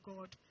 God